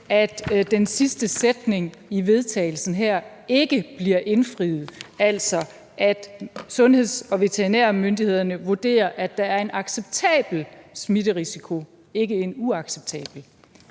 at den sidste sætning i forslaget til vedtagelse her ikke bliver indfriet – altså at sundheds- og veterinærmyndighederne vurderer, at der er en acceptabel smitterisiko, ikke en uacceptabel?